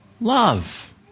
love